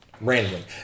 randomly